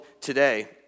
today